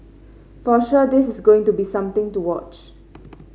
for sure this is going to be something to watch